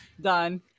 done